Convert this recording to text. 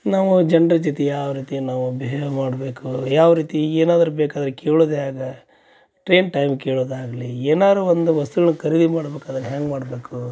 ನಾವು ಜನ್ರ ಜೊತೆ ಯಾವ ರೀತಿ ನಾವು ಬಿಹೇವ್ ಮಾಡಬೇಕು ಯಾವ ರೀತಿ ಏನಾದ್ರು ಬೇಕಾದ್ರೆ ಕೇಳೋಕು ಹ್ಯಾಗೆ ಟ್ರೈನ್ ಟೈಮ್ ಕೇಳೋದಾಗಲಿ ಏನಾದ್ರು ಒಂದು ವಸ್ತುಗಳನ್ನು ಖರೀದಿ ಮಾಡ್ಬಕು ಅದನ್ನು ಹೆಂಗೆ ಮಾಡಬೇಕು